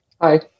Hi